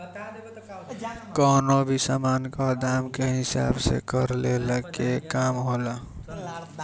कवनो भी सामान कअ दाम के हिसाब से कर लेहला के काम होला